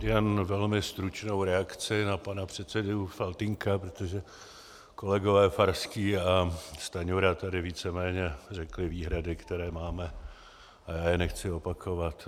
Jen velmi stručnou reakci na pana předsedu Faltýnka, protože kolegové Farský a Stanjura tady víceméně řekli výhrady, které máme, nechci je opakovat.